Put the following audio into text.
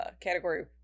category